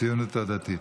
הציונות הדתית,